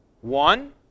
one